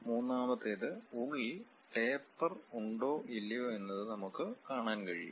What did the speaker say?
മൂന്നാമത്തേത് ഉള്ളിൽ ടേപ്പർ ഉണ്ടോ ഇല്ലയോ എന്നത് നമുക്ക് കാണാൻ കഴിയും